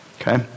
Okay